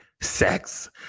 sex